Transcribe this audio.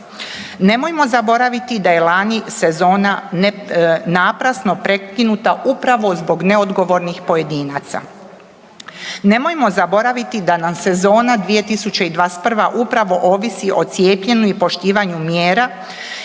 Nemojmo zaboraviti da je lani sezona naprasno prekinuta upravo zbog neodgovornih pojedinaca. Nemojmo zaboraviti da nam sezona 2021. upravo ovisi o cijepljenju i poštivanju mjera